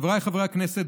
חבריי חברי הכנסת,